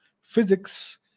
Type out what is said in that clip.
physics